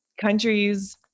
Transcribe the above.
countries